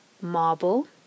marble